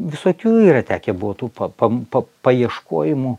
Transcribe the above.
visokių yra tekę buvo tų pa pa pa paieškojimų